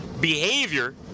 behavior